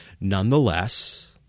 Nonetheless